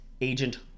Agent